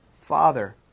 Father